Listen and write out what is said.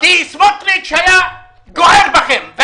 כי סמוטריץ' היה גוער בכם.